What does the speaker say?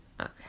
Okay